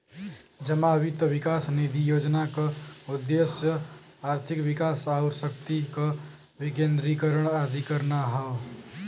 जमा वित्त विकास निधि योजना क उद्देश्य आर्थिक विकास आउर शक्ति क विकेन्द्रीकरण आदि करना हौ